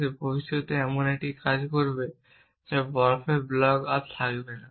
যে ভবিষ্যতে এমন একটি সময় আসবে যখন বরফের ব্লক আর থাকবে না